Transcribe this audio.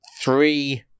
three